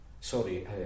Sorry